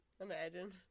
imagine